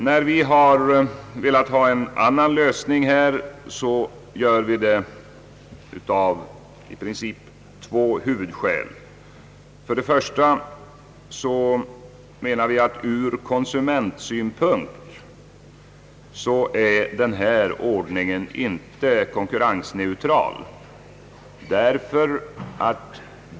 När vi velat ha en annan lösning så bygger vi i princip på två huvudskäl. Vi menar att denna ordning inte är konkurrensneutral ur konsumentsynpunkt.